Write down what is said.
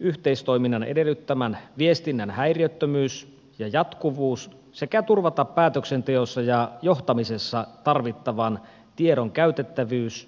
yhteistoiminnan edellyttämän viestinnän häiriöttömyys ja jatkuvuus sekä turvata päätöksenteossa ja johtamisessa tarvittavan tiedon käytettävyys eheys ja luottamuksellisuus